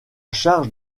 charge